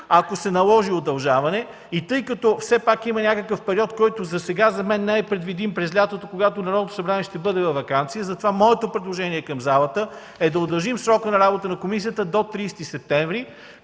ако се наложи удължаване, и тъй като все пак има някакъв период, който засега за мен не е предвидим през лятото, когато Народното събрание ще бъде във ваканция, затова моето предложение към залата е да удължим срока на работата на комисията до 30 септември